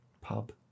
pub